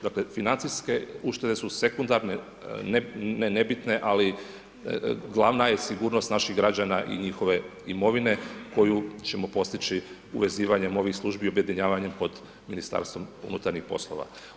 Dakle, financijske uštede su sekundarne, ne nebitne, ali glavna je sigurnost naših građana i njihove imovine, koju ćemo postići uvezivanjem ovih službi objedinjavanjem pod Ministarstvom unutarnjih poslova.